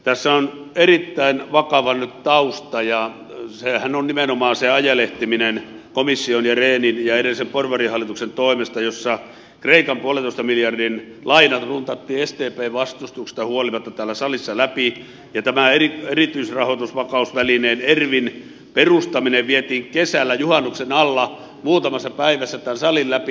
tässä on erittäin vakava nyt tausta ja sehän on nimenomaan se ajelehtiminen komission ja rehnin ja edellisen porvarihallituksen toimesta jossa kreikan puolentoista miljardin lainat runtattiin sdpn vastustuksesta huolimatta täällä salissa läpi ja tämä erityisrahoitusvakausvälineen ervvn perustaminen vietiin kesällä juhannuksen alla muutamassa päivässä täällä salissa läpi